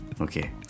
Okay